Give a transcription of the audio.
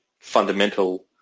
fundamental